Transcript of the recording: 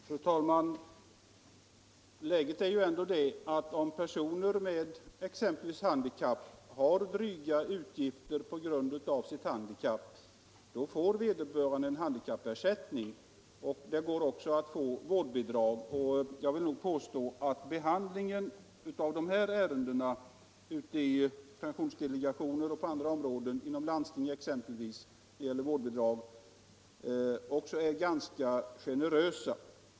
Fru talman! Läget är ändå det att om personer har dryga utgifter exempelvis på grund av handikapp får de en handikappersättning, och det går också att få vårdbidrag. Jag vill påstå att behandlingen av de här ärendena ute i pensionsdelegationer och på andra områden, exempelvis inom landstingen när det gäller vårdbidrag, också är ganska generös.